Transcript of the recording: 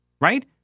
Right